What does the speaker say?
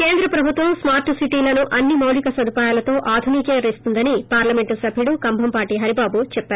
కేంద్ర ప్రభుత్వం స్కార్ల్ సిటీలను అన్ని మాలిక సదుపాయాలతో ఆధునికీకరిస్తోందని పార్లమెంటు సభ్యుడు కంబంపాటి హరిబాబు చెప్పారు